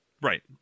right